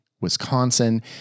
Wisconsin